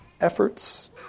efforts